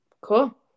Cool